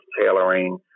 tailoring